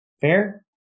Fair